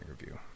review